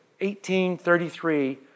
1833